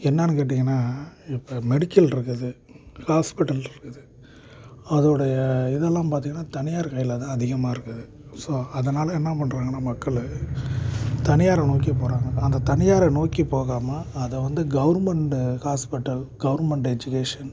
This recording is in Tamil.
என்னன்னு கேட்டீங்கன்னால் இப்போ மெடிக்கல் இருக்குது ஹாஸ்பிட்டல் இருக்குது அதோடைய இதெல்லாம் பார்த்தீங்கன்னா தனியார் கையில் தான் அதிகமாக இருக்குது ஸோ அதனால் என்ன பண்ணுறாங்கன்னா மக்கள் தனியாரை நோக்கி போகிறாங்க அந்த தனியாரை நோக்கி போகாமல் அதை வந்து கவுர்மெண்டு ஹாஸ்பிட்டல் கவுர்மெண்டு எஜுகேஷன்